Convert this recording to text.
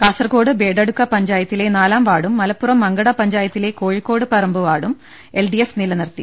കാസർക്കോട് ബേഡടുക്ക പഞ്ചായത്തിലെ നാലാം വാർഡും മലപ്പുറം മങ്കട പഞ്ചായത്തിലെ കോഴിക്കോട്ട് പറമ്പ് വാർഡും എൽ ഡി എഫ് നിലനിർത്തി